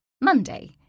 Monday